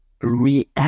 react